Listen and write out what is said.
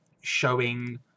showing